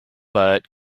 but